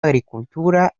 agricultura